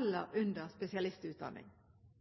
eller under spesialistutdanning.